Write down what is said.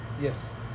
Yes